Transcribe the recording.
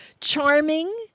charming